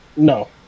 No